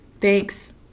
Thanks